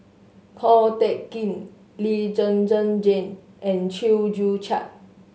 Ko Teck Kin Lee Zhen Zhen Jane and Chew Joo Chiat